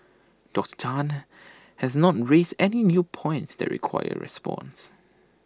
Doctor Tan has not raised any new points that require response